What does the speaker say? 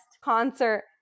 concert